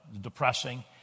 depressing